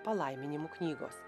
palaiminimų knygos